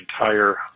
entire